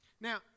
Now